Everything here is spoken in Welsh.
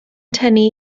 tynnu